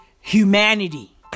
humanity